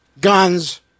guns